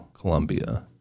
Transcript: Colombia